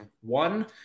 one